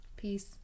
Peace